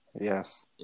yes